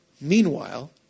meanwhile